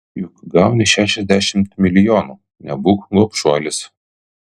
juk gauni šešiasdešimt milijonų nebūk gobšuolis